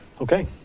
Okay